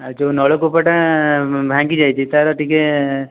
ଆଉ ଯେଉଁ ନଳକୂପଟା ଭାଙ୍ଗି ଯାଇଛି ତାର ଟିକେ